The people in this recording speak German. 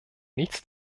nichts